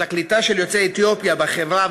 אז הקליטה של יוצאי אתיופיה בחברה,